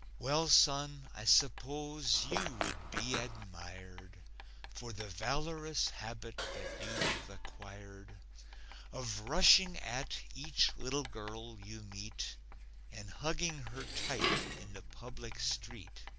well, son, i suppose you would be admired for the valorous habit that you've acquired of rushing at each little girl you meet and hugging her tight in the public street.